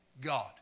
God